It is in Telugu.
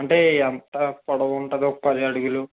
అంటే ఎంత పొడవుంటదో ఓ పదడుగులు